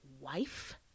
wife